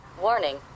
Warning